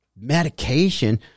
medication